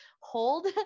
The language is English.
hold